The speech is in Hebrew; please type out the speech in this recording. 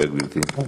בבקשה, גברתי.